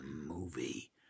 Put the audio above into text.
Movie